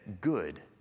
good